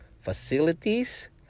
facilities